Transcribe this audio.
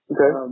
Okay